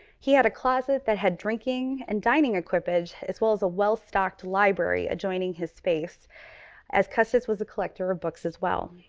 he had a closet that had drinking and dining equipage as well as a well-stocked library adjoining his space as custis was a collector of books as well.